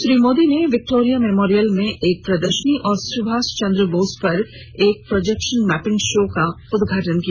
श्री मोदी ने Victoria Memorial में एक प्रदर्शनी और सुभाष चन्द्र बोस पर एक प्रोजेक्शन मैपिंग शो का उद्घाटन किया